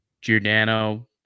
Giordano